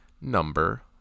number